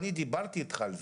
דיברתי אתך על זה.